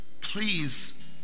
please